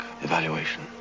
Evaluation